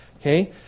Okay